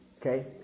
okay